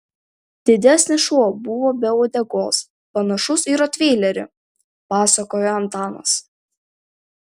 didesnis šuo buvo be uodegos panašus į rotveilerį pasakojo antanas